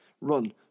run